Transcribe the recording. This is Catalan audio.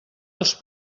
els